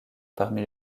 parmi